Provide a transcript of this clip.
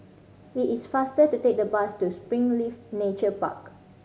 it is faster to take the bus to Springleaf Nature Park